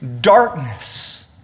darkness